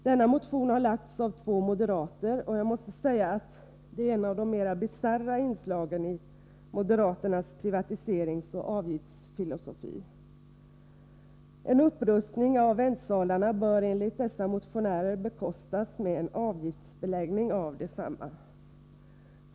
Denna motion har väckts av två moderater, och jag måste säga att det är en av de mera bisarra inslagen i moderaternas privatiseringsoch avgiftsfilosofi. En upprustning av väntsalarna bör enligt dessa motionärer bekostas med en avgiftsbeläggning av desamma.